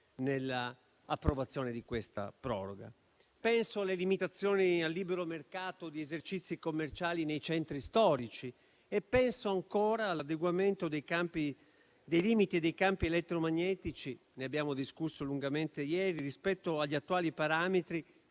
nell'approvazione di tale proroga. Penso alle limitazioni al libero mercato di esercizi commerciali nei centri storici. Penso ancora all'adeguamento dei limiti dei campi elettromagnetici, di cui abbiamo discusso lungamente ieri, rispetto agli attuali parametri: